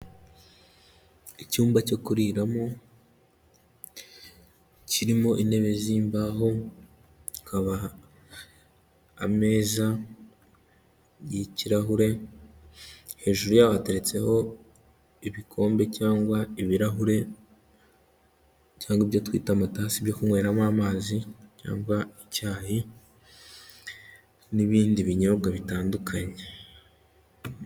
Icyumba cyo kuriramo kirimo intebe z'imbaho, hakaba ameza y'ikirahure, hejuru yaho hateretseho ibikombe cyangwa ibirahure cyangwa ibyo twita amatasi byo kunyweramo amazi cyangwa icyayi n'ibindi binyobwa bitandukanye.